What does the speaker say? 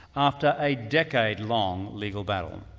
after a decade-long legal battle.